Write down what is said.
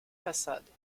façades